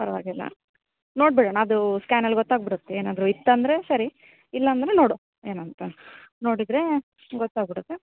ಪರವಾಗಿಲ್ಲ ನೋಡ್ಬಿಡೋಣ ಅದು ಸ್ಕ್ಯಾನ್ನಲ್ಲಿ ಗೊತ್ತು ಆಗಿದ್ಬಿಡುತ್ತೆ ಏನಾದರೂ ಇತ್ತಂದ್ರೆ ಸರಿ ಇಲ್ಲ ಅಂದ್ರೆ ನೋಡುವಾ ಏನಾಗುತ್ತೆ ನೋಡಿದರೆ ಗೊತ್ತಾಗ್ಬಿಡುತ್ತೆ